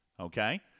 Okay